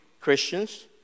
Christians